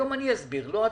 היום אני אסביר, לא אתה.